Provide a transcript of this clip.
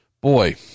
Boy